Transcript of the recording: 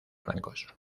blancos